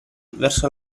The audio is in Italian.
verso